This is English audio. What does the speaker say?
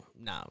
no